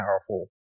powerful